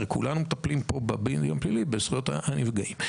והרי כולנו מטפלים בדין הפלילי בזכויות הנפגעים.